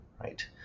right